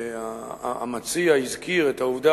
והמציע הזכיר את העובדה